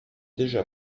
deja